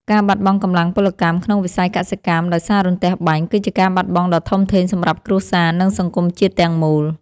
ការបាត់បង់កម្លាំងពលកម្មក្នុងវិស័យកសិកម្មដោយសាររន្ទះបាញ់ គឺជាការបាត់បង់ដ៏ធំធេងសម្រាប់គ្រួសារ និងសង្គមជាតិទាំងមូល។